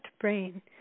brain